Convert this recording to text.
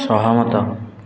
ସହମତ